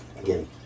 Again